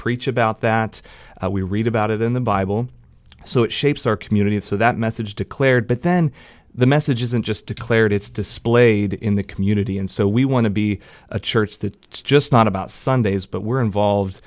preach about that we read about it in the bible so it shapes our community and so that message declared but then the message isn't just declared it's displayed in the community and so we want to be a church that it's just not about sundays but we're involved